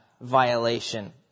violation